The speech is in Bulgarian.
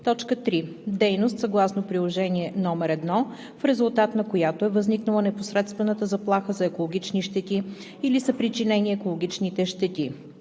3. дейност съгласно приложение № 1, в резултат на която е възникнала непосредствената заплаха за екологични щети или са причинени екологичните щети;